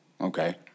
Okay